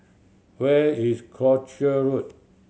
where is Croucher Road